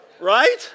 right